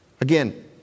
Again